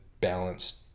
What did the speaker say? balanced